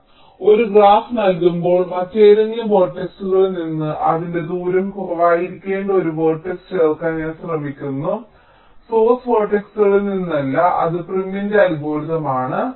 അതിനാൽ ഒരു ഗ്രാഫ് നൽകുമ്പോൾ മറ്റേതെങ്കിലും വേർട്ടക്സുകളിൽ നിന്ന് അതിന്റെ ദൂരം കുറവായിരിക്കേണ്ട ഒരു വേർട്ടക്സ് ചേർക്കാൻ ഞാൻ ശ്രമിക്കുന്നു സോഴ്സ് വേർട്ടക്സുകളിൽ നിന്ന് അല്ല അത് പ്രിമിന്റെ അൽഗോരിതം ആണ്